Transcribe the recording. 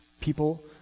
people